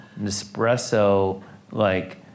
Nespresso-like